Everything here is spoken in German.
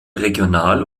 regional